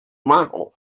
majo